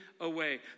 away